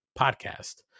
Podcast